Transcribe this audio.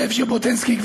זאב ז'בוטינסקי,